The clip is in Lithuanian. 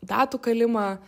datų kalimą